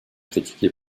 critiquée